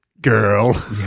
girl